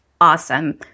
awesome